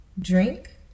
Drink